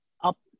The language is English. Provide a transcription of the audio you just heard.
up